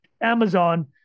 Amazon